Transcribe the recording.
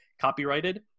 copyrighted